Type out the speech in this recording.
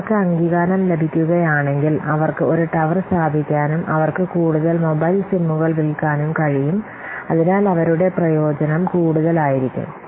അവർക്ക് അംഗീകാരം ലഭിക്കുകയാണെങ്കിൽ അവർക്ക് ഒരു ടവർ സ്ഥാപിക്കാനും അവർക്ക് കൂടുതൽ മൊബൈൽ സിമ്മുകൾ വിൽക്കാനും കഴിയും അതിനാൽ അവരുടെ പ്രയോജനം കൂടുതൽ ആയിരിക്കും